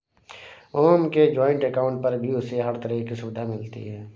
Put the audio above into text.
ओम के joint account पर भी उसे हर तरह की सुविधा मिलती है